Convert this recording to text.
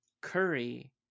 curry